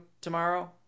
tomorrow